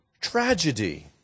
tragedy